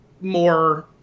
more